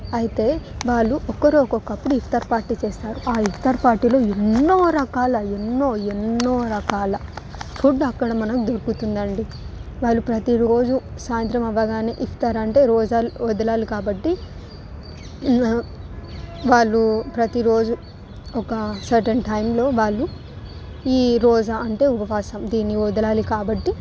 అయితే వారు ఒకరు ఒక్కొక్కప్పుడు ఇఫ్తార్ పార్టీ చేస్తారు ఆ ఇఫ్తార్ పార్టీలో ఎన్నో రకాల ఎన్నో ఎన్నో రకాల ఫుడ్ అక్కడ మనకి దొరుకుతుందండి వాళ్ళు ప్రతిరోజు సాయంత్రం అవ్వగానే ఇఫ్తార్ అంటే రోజలు వదలాలి కాబట్టి అ వాళ్ళు ప్రతి రోజు ఒక సెట్టేన్ టైంలో వాళ్ళు ఈ రోజ అంటే ఉపవాసం దీనిని వదలాలి కాబట్టి